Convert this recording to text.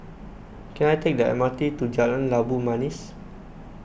can I take the M R T to Jalan Labu Manis